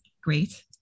great